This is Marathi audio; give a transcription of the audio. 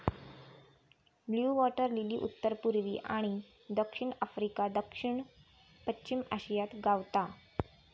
ब्लू वॉटर लिली उत्तर पुर्वी आणि दक्षिण आफ्रिका, दक्षिण पश्चिम आशियात गावता